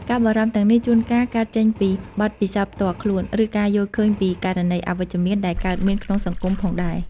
ការបារម្ភទាំងនេះជួនកាលកើតចេញពីបទពិសោធន៍ផ្ទាល់ខ្លួន ឬការយល់ឃើញពីករណីអវិជ្ជមានដែលកើតមានក្នុងសង្គមផងដែរ ។